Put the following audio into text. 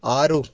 ಆರು